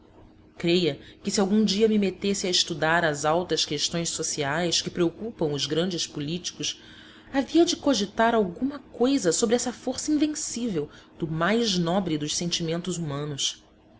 creia que se algum dia me metesse a estudar as altas questões sociais que preocupam os grandes políticos havia de cogitar alguma coisa sobre essa força invencível do mais nobre dos sentimentos humanos